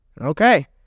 Okay